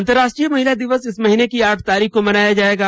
अंतर्राष्ट्रीय महिला दिवस इस महीने की आठ तारीख को मनाया जाएगा